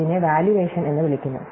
ഇതിനെ വാല്യുവേഷൻ എന്ന് വിളിക്കുന്നു